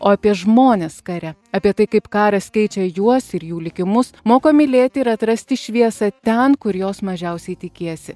o apie žmones kare apie tai kaip karas keičia juos ir jų likimus moko mylėti ir atrasti šviesą ten kur jos mažiausiai tikiesi